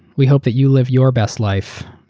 we hope that you live your best life.